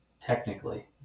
Technically